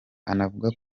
anavuga